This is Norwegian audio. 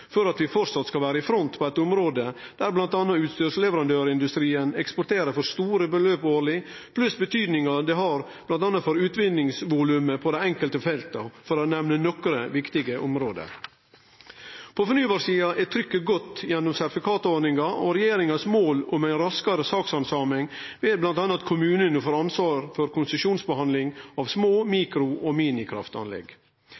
vi framleis skal vere i front på eit område der bl.a. utstyrsleverandørindustrien eksporterer for store beløp årleg, pluss betydinga det har bl.a. for utvinningsvolumet på dei enkelte felta, for å nemne nokre viktige område. På fornybarsida er trykket godt gjennom sertifikatordninga, og regjeringas mål om ei raskare sakshandsaming, er bl.a. at kommunane får ansvar for konsesjonsbehandling av små,